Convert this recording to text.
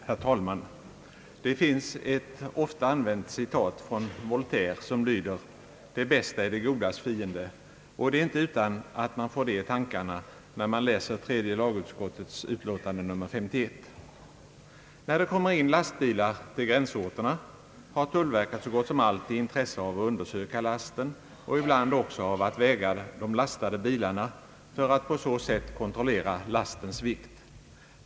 Herr talman! Det finns ett ofta använt citat från Voltaire som lyder: »Det bästa är det godas fiende.» Det är inte utan att man får det i tankarna när man läser tredje lagutskottets utlåtande nr 51. När det kommer in lastbilar till gränsorterna, har tullverket så gott som alltid intresse av att undersöka lasten och ibland också av att väga de lastade bilarna för att på så sätt kontrollera lastens vikt.